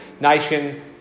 nation